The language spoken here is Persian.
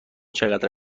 چقدر